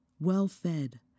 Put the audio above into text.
well-fed